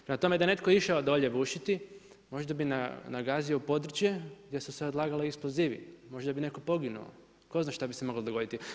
Prema tome, da je netko išao dolje bušiti, možda bi nagazio područje gdje su se odlagali eksplozivi, možda bi netko poginuo, tko zna šta bi se moglo dogoditi.